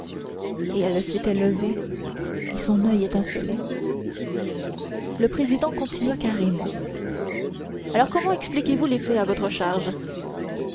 et elle s'était levée et son oeil étincelait le président continua carrément alors comment expliquez-vous les faits à votre charge